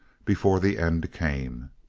before the end came.